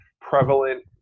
prevalent